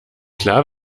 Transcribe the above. klar